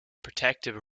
protective